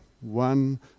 One